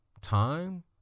time